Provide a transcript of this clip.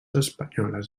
espanyoles